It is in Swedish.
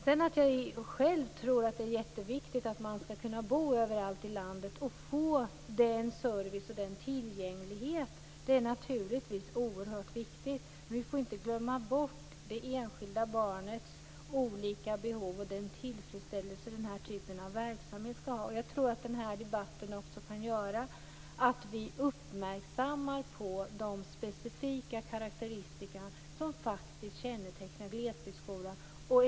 Sedan tror jag att det är jätteviktigt att man skall kunna bo överallt i landet och få samma service och tillgänglighet. Det är naturligtvis oerhört viktigt. Men vi får inte glömma bort det enskilda barnets olika behov och den tillfredsställelse den här typen av verksamhet kan ge. Jag tror att den här debatten också kan göra att vi uppmärksammar de specifika karakteristika som kännetecknar glesbygdsskolan.